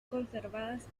conservadas